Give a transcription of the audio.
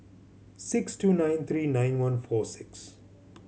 six two nine three nine one four six